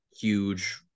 huge